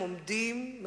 בהם.